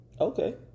Okay